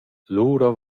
lura